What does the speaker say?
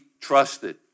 trusted